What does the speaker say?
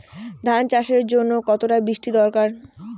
ধান চাষের জন্য কতটা বৃষ্টির দরকার?